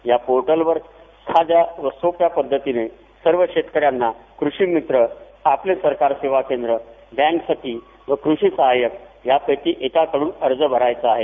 या पोर्टलवर साध्या आणि सोप्या पद्धतीने सर्व शेतकऱ्यांना कृषी मित्र आपले सरकार सेवा केंद्र बैंक सखी कृषी सहायक यापैकी एकाकडून अर्ज भरायचा आहे